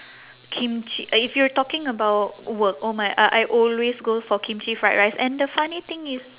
kimchi if you're talking about work oh my uh I always go for kimchi fried rice and the funny thing is